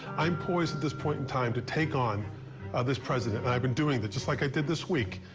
i'm poised at this point and time to take on this president. and i've been doing it, just like i did this week,